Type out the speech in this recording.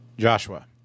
Joshua